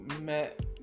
met